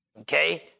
Okay